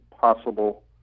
possible